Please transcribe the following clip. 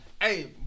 Hey